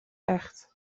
echt